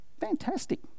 fantastic